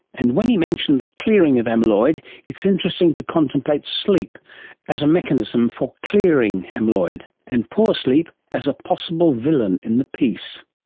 and when he mentioned the clearing of amyloid, it's interesting to contemplate sleep as a mechanism for clearing amyloid, and poor sleep as a possible villain in the piece